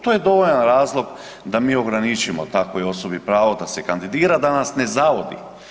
To je dovoljan razlog da mi ograničimo takvoj osobi pravo da se kandidira da nas ne zavodi.